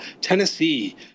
Tennessee